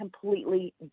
completely